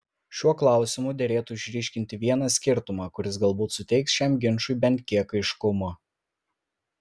šiuo klausimu derėtų išryškinti vieną skirtumą kuris galbūt suteiks šiam ginčui bent kiek aiškumo